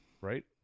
right